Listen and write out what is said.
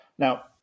Now